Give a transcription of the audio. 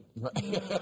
Right